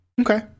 Okay